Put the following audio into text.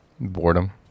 Boredom